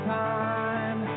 time